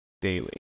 daily